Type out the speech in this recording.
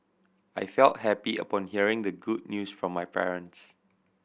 I felt happy upon hearing the good news from my parents